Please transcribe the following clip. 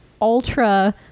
Ultra